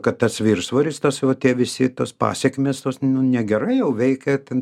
kad tas viršsvoris tas va tie visi tos pasekmės tos nu negerai jau veikia ten